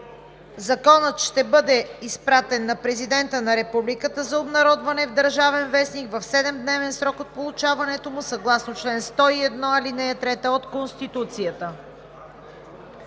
Законът ще бъде изпратен на Президента на Републиката за обнародване в „Държавен вестник“ в 7-дневен срок от получаването му, съгласно чл. 101, ал. 3 от Конституцията.